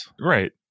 Right